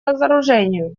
разоружению